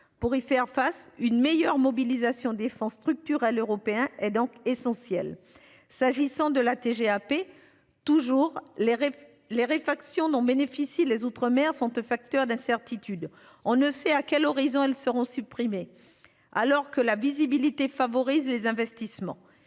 pour y faire face, une meilleure mobilisation des fonds structurels européens est donc essentiel. S'agissant de la TGAP toujours les les réfaction dont bénéficient les outre-mer sont un facteur d'incertitude, on ne sait à quel horizon. Elles seront supprimés. Alors que la visibilité favorise les investissements,